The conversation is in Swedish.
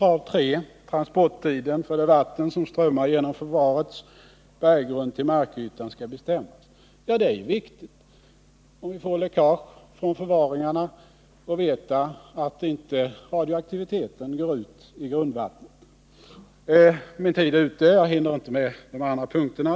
Det tredje kravet är: Om vi får ett läckage i förvarets berggrund är det viktigt att vi vet att radioaktivitet inte går ut i grundvattnet. Min taletid är nu slut, och jag hinner inte läsa upp de övriga kraven.